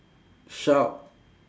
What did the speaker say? shout